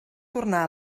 tornar